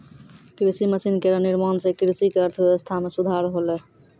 कृषि मसीन केरो निर्माण सें कृषि क अर्थव्यवस्था म सुधार होलै